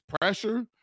pressure